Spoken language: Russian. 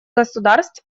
государств